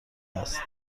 است